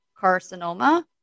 carcinoma